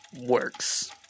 works